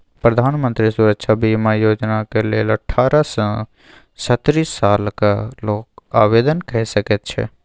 प्रधानमंत्री सुरक्षा बीमा योजनाक लेल अठारह सँ सत्तरि सालक लोक आवेदन कए सकैत छै